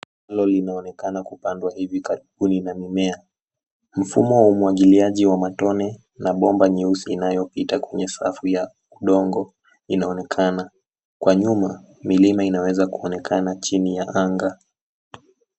Shamba linaonekana kupandwa hivi karibuni na mimea. Mfumo wa umwagiliaji wa matone na bomba nyeusi inayopita kwenye safu ya udongo inaonekana. Kwa nyuma, milima inaweza kuonekana chini ya anga.